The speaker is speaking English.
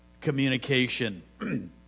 Communication